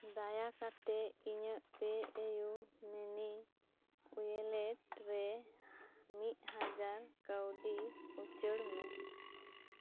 ᱫᱟᱭᱟ ᱠᱟᱛᱮᱫ ᱤᱧᱟᱹᱜ ᱯᱮ ᱤᱭᱩ ᱢᱟᱱᱤ ᱳᱣᱟᱞᱮᱴ ᱨᱮ ᱢᱤᱫ ᱦᱟᱡᱟᱨ ᱠᱟᱣᱰᱤ ᱩᱪᱟᱹᱲ ᱢᱮ